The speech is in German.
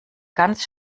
ganz